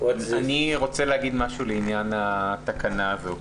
אני רוצה לומר משהו לעניין התקנה הזאת.